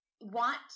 want